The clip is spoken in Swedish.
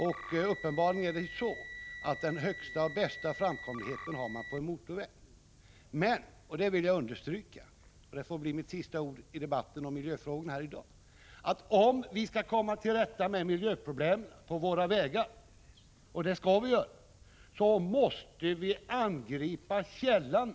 Och uppenbarligen har man den högsta och bästa framkomligheten på en motorväg. Men jag vill understryka — och det får bli mina sista ord i dag om miljöfrågan — att om vi skall komma till rätta med miljöproblemen på våra vägar, och det skall vi göra, måste vi angripa källan.